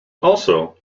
also